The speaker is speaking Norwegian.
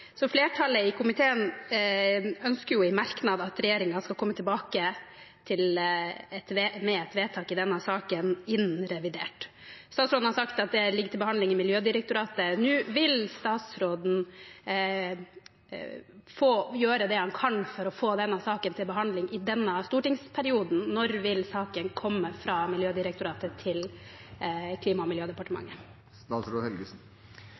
Flertallet i komiteen sier i merknader at de ønsker at regjeringen skal komme tilbake med et vedtak i denne saken innen revidert. Statsråden har sagt at det ligger til behandling i Miljødirektoratet nå. Vil statsråden gjøre det han kan for å få denne saken til behandling i denne stortingsperioden? Når vil saken komme fra Miljødirektoratet til Klima- og